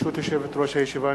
ברשות יושבת-ראש הישיבה,